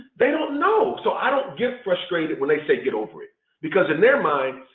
they don't know. so i don't get frustrated when they say get over it because in their mind,